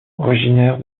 originaire